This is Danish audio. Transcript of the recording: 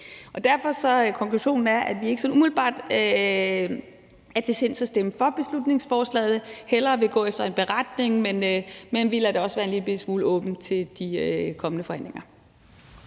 Derfor er konklusionen, at vi ikke sådan umiddelbart er til sinds at stemme for beslutningsforslaget, og at vi hellere vil gå efter en beretning, men at vi også lader det være en lillebitte smule åbent i forhold til de kommende forhandlinger.